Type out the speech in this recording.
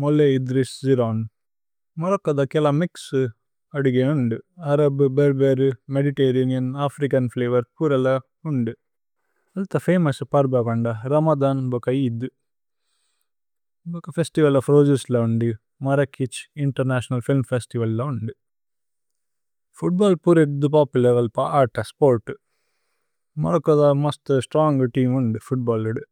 Moulay Idriss ജിരോന്। Morocco ദ കേല മിക്സ് അദിഗേ ഉന്ദു। Arab, Berber, Mediterranean, African flavour പുരല ഉന്ദു। അല്ത ഫമോഉസ് പര്ബ പന്ദ രമദന് ബോക ഏഇദ്। ഭോക ഫേസ്തിവല് ഓഫ് രോസേസ് ല ഉന്ദു, മര്രകേഛ് ഇന്തേര്നതിഓനല് ഫില്മ് ഫേസ്തിവല് ല ഉന്ദു। ഫൂത്ബല്ല് പുരേദ്ദ് പോപുലര് വല്പ ആത സ്പോര്തു। മോരക്കോ ദ മസ്ത സ്ത്രോന്ഗ് തേഅമ് ഉന്ദു ഫൂത്ബല്ലുദു।